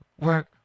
work